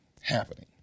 happening